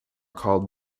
called